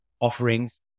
offerings